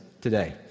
today